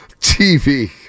TV